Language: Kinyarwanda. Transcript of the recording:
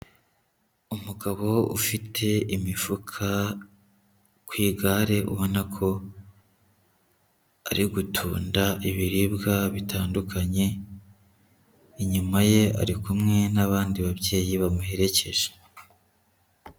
Umugabo ufite imifuka ku igare, ubona ko ari gutunda ibiribwa bitandukanye, inyuma ye ari kumwe n'abandi babyeyi bamuherekeje.